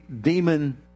demon